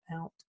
out